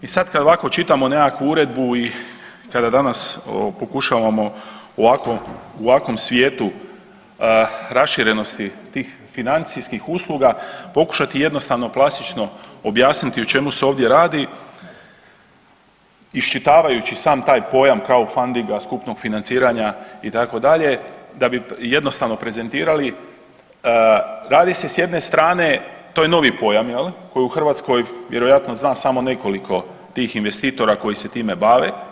I sad kad ovako čitamo nekakvu uredbu i kada danas pokušavamo u ovakvom svijetu raširenosti tih financijskih usluga pokušati jednostavno plastično objasniti o čemu se ovdje radi iščitavajući sam taj pojam kao foundinga, skupnog financiranja itd. da bi jednostavno prezentirali radi se s jedne strane to je novi pojam koji u Hrvatskoj vjerojatno zna samo nekoliko tih investitora koji se time bave.